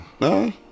No